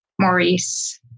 Maurice